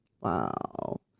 Wow